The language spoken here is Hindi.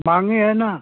महंगी है न